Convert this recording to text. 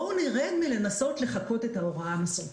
נרד מלנסות לחקות את ההוראה המסורתית.